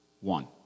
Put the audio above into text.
one